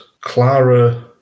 Clara